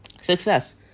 Success